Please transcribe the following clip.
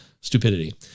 stupidity